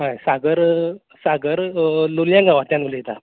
हय सागर सागर लोलयें गावांतल्यान उलयतां